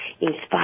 inspire